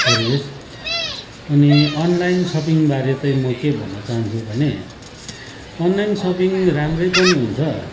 परिवेश अनि अनलाइन सपिङबारे चाहिँ म के भन्न चाहन्छु भने अनलाइन सपिङ राम्रै पनि हुन्छ